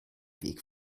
weg